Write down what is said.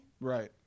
right